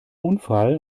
unfall